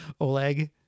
Oleg